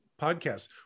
podcast